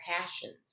passions